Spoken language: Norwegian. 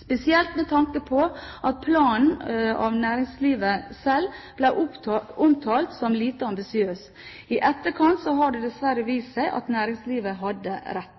spesielt med tanke på at planen av næringslivet sjøl ble omtalt som lite ambisiøs. I etterkant har det dessverre vist seg at næringslivet hadde rett.